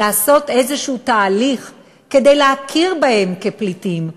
לעשות איזה תהליך כדי להכיר בהם כפליטים,